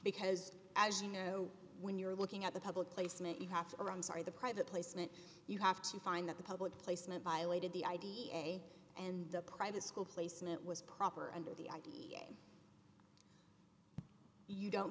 because as you know when you're looking at the public placement you have to or i'm sorry the private placement you have to find that the public placement violated the i d e a and the private school placement was proper under the id you don't